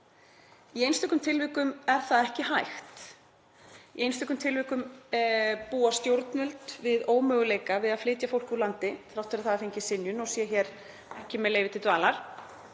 Í einstökum tilvikum er það ekki hægt. Í einstökum tilvikum búa stjórnvöld við ómöguleika við að flytja fólk úr landi þrátt fyrir að það hafi fengið synjun og sé ekki með leyfi til dvalar